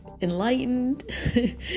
enlightened